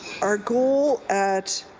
our goal at